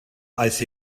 aeth